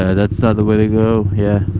that's not the way to go yeah